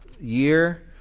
year